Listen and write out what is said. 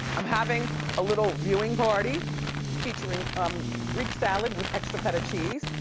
i'm having a little viewing party featuring um greek salad with extra feta cheese.